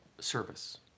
service